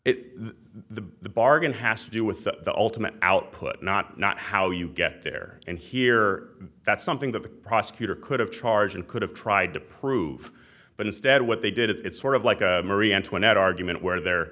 the the bargain has to do with the ultimate output not not how you get there and here that's something that the prosecutor could have charge and could have tried to prove but instead what they did it's sort of like a marie antoinette argument where they're